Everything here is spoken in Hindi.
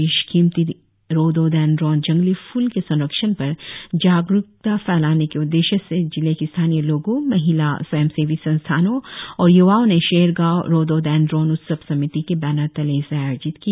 बैशकिमती रोदोदेनद्रोन जंगली फ्ल के संरक्षण पर जागरुकता फैलाने के उद्देश्य से जिले के स्थानीय लोगों महिला स्वयं सेवी संस्थानों और य्वाओं ने शेरगांव रोदोदेनद्रोन उत्सव समिति के बेनर तले इसे आयोजित किया